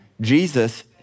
Jesus